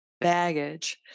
baggage